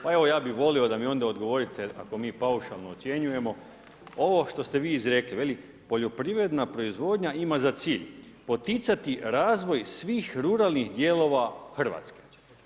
Pa evo, ja bih volio da mi onda odgovorite, ako mi paušalno ocjenjujemo, ovo što ste vi izrekli, veli, poljoprivredna proizvodnja ima za cilj poticati razvoj svih ruralnih dijelova RH.